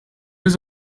was